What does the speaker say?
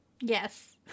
Yes